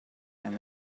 and